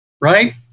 right